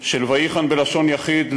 של "ויחן" בלשון יחיד,